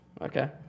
Okay